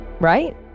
Right